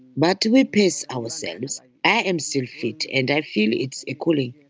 but we pace ourselves. i am still fit and i feel it's a calling,